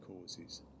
causes